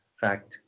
fact